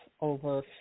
over